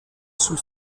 sul